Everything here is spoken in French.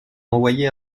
envoyé